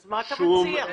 אז מה אתה מציע?